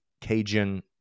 Cajun